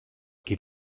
geht